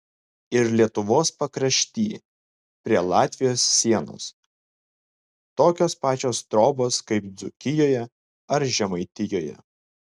ir lietuvos pakrašty prie latvijos sienos tokios pačios trobos kaip dzūkijoje ar žemaitijoje